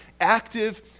active